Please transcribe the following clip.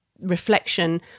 reflection